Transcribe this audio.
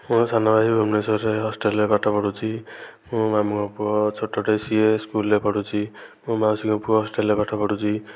ମୋ ସାନ ଭାଇ ଭୁବନେଶ୍ବରରେ ହଷ୍ଟେଲରେ ପାଠ ପଢୁଛି ମୋ ମାମୁଁ ଙ୍କ ପୁଅ ଛୋଟଟେ ସିଏ ସ୍କୁଲରେ ପାଠ ପଢୁଛି ମୋ ମାଉସୀଙ୍କ ପୁଅ ହଷ୍ଟେଲରେ ପାଠ ପଢୁଛି